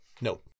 No